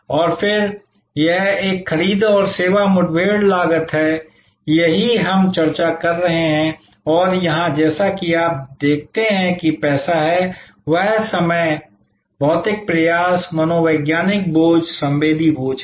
और फिर यह एक खरीद और सेवा मुठभेड़ लागत है यही हम चर्चा कर रहे हैं और यहां जैसा कि आप देखते हैं कि पैसा है वह समय भौतिक प्रयास मनोवैज्ञानिक बोझ संवेदी बोझ है